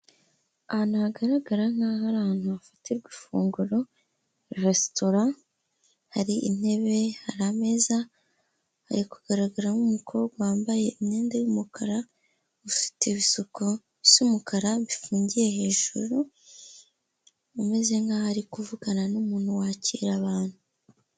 Ahantu hagaragara nkaho ari ahantu hafatirwa ifunguro, resitora, hari intebe hari ameza hari kugaragaramo umukobwa wambaye imyenda y'umukara ufite ibisuko bisa umukara bifungiye hejuru umeze nk'aho ari kuvugana n'umuntu wakira abantu.